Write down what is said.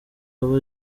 aba